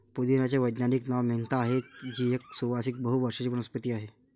पुदिन्याचे वैज्ञानिक नाव मेंथा आहे, जी एक सुवासिक बहु वर्षाची वनस्पती आहे